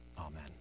amen